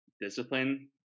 discipline